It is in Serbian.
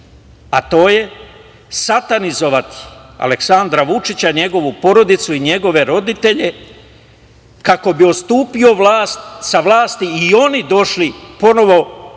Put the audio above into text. a to je satanizovati Aleksandra Vučića, njegovu porodicu i njegove roditelje, kako bi ustupio vlasti i oni došli ponovo